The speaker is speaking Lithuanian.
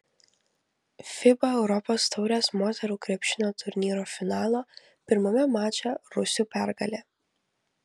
fiba europos taurės moterų krepšinio turnyro finalo pirmame mače rusių pergalė